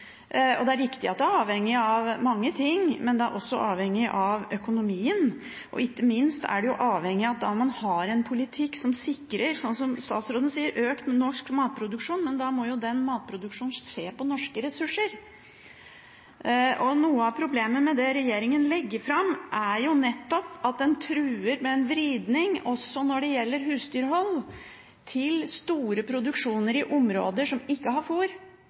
gjort. Det er riktig at det er avhengig av mange ting, men det er også avhengig av økonomien, og ikke minst er det avhengig av at man har en politikk som sikrer – som statsråden sier – økt norsk matproduksjon. Men da må den matproduksjonen skje på norske ressurser. Noe av problemet med det regjeringen legger fram, er nettopp at en truer med en vridning også når det gjelder husdyrhold, til store produksjoner i områder som ikke har